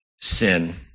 sin